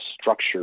structure